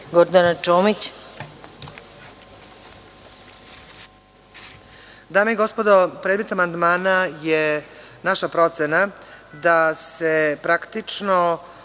Gordana Čomić,